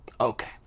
Okay